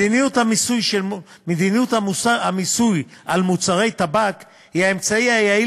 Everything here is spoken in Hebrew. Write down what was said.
מדיניות המיסוי על מוצרי טבק היא האמצעי היעיל